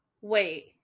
Wait